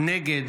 נגד